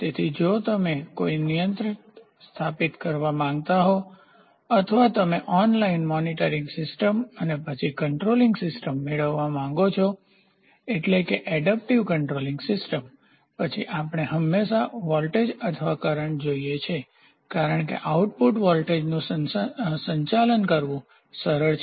તેથી જો તમે કોઈ નિયંત્રક સ્થાપિત કરવા માંગતા હો અથવા તમે ઓનલાઇન મોનિટરિંગ સિસ્ટમ અને પછી કંટ્રોલિંગ સિસ્ટમ મેળવવા માંગો છો એટલે કે એડપ્ટીવઅનુકૂલનશીલ કંટ્રોલિંગ સિસ્ટમ પછી આપણે હંમેશા વોલ્ટેજ અથવા કરન્ટ જોઈએ છીએ કારણ કે આઉટપુટ વોલ્ટેજનું સંચાલન કરવું સરળ છે